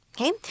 Okay